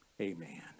Amen